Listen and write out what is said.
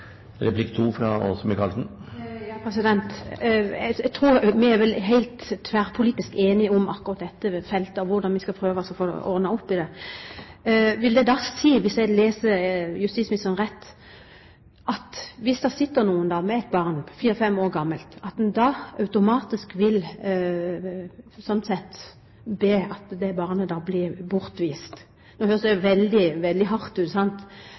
Jeg tror vi er tverrpolitisk enige på akkurat dette feltet, og om hvordan vi skal prøve å ordne opp i det. Vil det da si – hvis jeg leser justisministeren rett – at hvis det sitter noen med et barn, fire–fem år gammelt, vil en da automatisk be om at det barnet blir bortvist? Det høres veldig hardt ut,